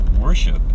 worship